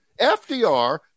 FDR